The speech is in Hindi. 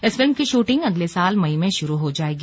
इस फिल्म की शूटिंग अगले साल मई में शुरु हो जाएगी